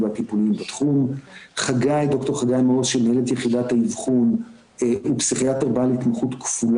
כדוגמת טיפולים קוגניטיביים להעצמת יכולות קוגניטיביות,